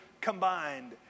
combined